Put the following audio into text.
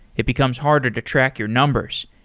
it becomes harder to track your numbers.